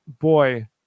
Boy